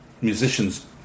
musicians